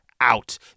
out